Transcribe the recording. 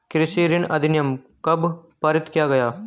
कृषि ऋण अधिनियम कब पारित किया गया?